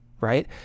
Right